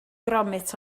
gromit